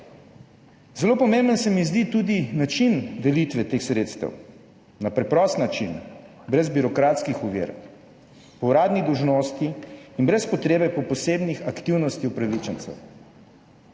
Zelo pomemben se mi zdi tudi način delitve teh sredstev, na preprost način, brez birokratskih ovir, po uradni dolžnosti in brez potrebe po posebnih aktivnostih upravičencev.